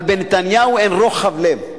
אבל בנתניהו אין רוחב לב.